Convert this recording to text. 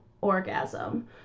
orgasm